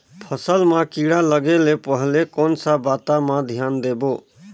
फसल मां किड़ा लगे ले पहले कोन सा बाता मां धियान देबो?